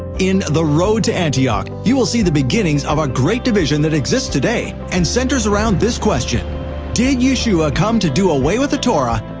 in the road to antioch, you will see the beginnings of a great division that exists today and centers around this question did yeshua come to do away with the torah,